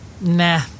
nah